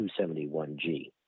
271G